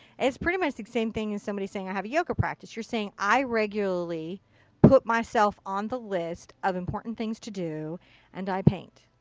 it's pretty much the same thing as somebody saying i have yoga practice. you're saying i regularly put myself on the list of important things to do and i paint.